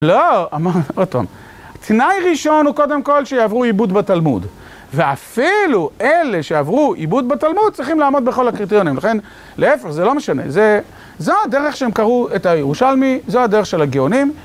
לא, עוד פעם, תנאי ראשון הוא קודם כל שיעברו עיבוד בתלמוד. ואפילו אלה שיעברו עיבוד בתלמוד צריכים לעמוד בכל הקריטריונים. לכן, להפך, זה לא משנה. זה הדרך שהם קראו את הירושלמי, זה הדרך של הגאונים.